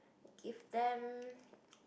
give them